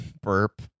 burp